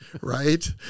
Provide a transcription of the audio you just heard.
Right